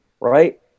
right